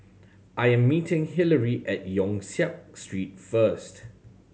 I'm meeting Hilary at Yong Siak Street first